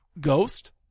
Ghost